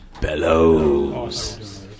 bellows